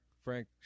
Frank